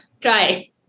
try